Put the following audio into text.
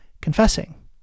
confessing